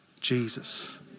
Jesus